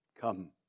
come